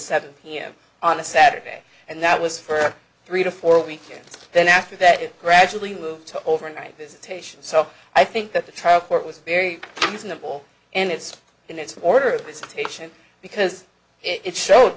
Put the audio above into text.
seven pm on a saturday and that was for three to four weekends then after that it gradually moved to overnight visitation so i think that the trial court was very reasonable in its in its orders visitation because it showed